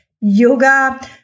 yoga